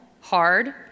hard